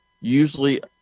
usually